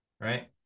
right